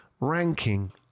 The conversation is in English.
ranking